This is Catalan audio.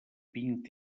vint